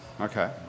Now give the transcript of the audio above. okay